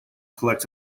collects